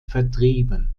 vertrieben